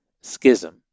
schism